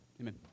Amen